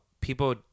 people